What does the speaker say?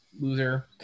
loser